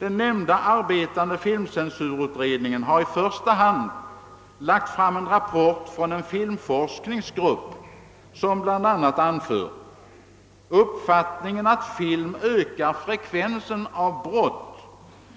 Den nämnda arbetande filmcensurutredningen har i första hand lagt fram en rapport från en filmforskningsgrupp som bl.a. anfört följande: »Uppfattningen att film ökar frekvensen av brott